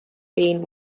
been